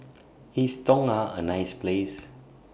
IS Tonga A nice Place